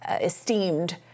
esteemed